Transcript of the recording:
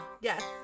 Yes